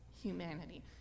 humanity